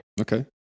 Okay